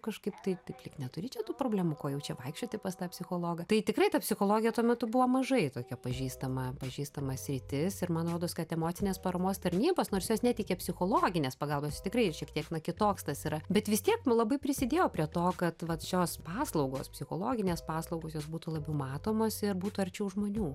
kažkaip taip taip lyg neturi čia tų problemų ko jau čia vaikščioti pas tą psichologą tai tikrai ta psichologija tuo metu buvo mažai tokia pažįstama pažįstama sritis ir man rodos kad emocinės paramos tarnybos nors jos neteikia psichologinės pagalbos jis tikrai ir šiek tiek kitoks tas yra bet vis tiek labai prisidėjo prie to kad vat šios paslaugos psichologinės paslaugos jos būtų labiau matomos ir būtų arčiau žmonių